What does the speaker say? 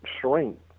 shrink